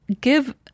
give